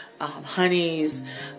honeys